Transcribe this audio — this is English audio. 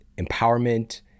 empowerment